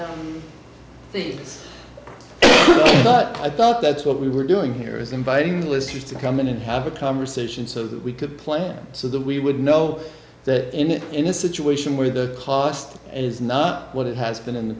the but i thought that's what we were doing here is inviting listeners to come in and have a conversation so that we could play so that we would know that in that in a situation where the cost is not what it has been in the